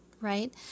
right